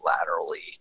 laterally